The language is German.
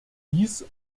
dies